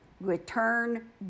Return